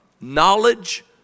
Knowledge